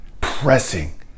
pressing